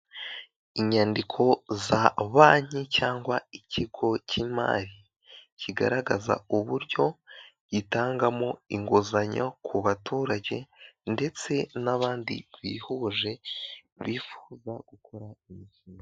Inyandiko za banki cyangwa ikigo cy'imari kigaragaza uburyo gitangamo inguzanyo ku baturage ndetse n'abandi bihuje bifuza gukora imishinga.